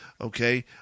Okay